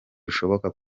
rushoboka